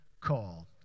call